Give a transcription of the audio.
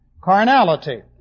carnality